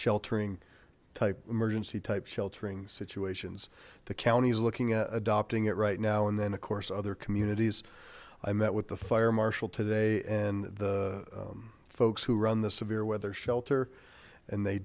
sheltering type emergency type sheltering situations the county is looking at adopting it right now and then of course other communities i met with the fire marshal today and the folks who run the severe weather shelter and they